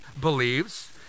believes